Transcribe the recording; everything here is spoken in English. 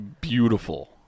beautiful